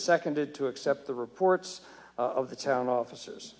seconded to accept the reports of the town officers